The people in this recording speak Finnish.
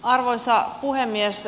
arvoisa puhemies